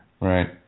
Right